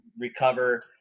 recover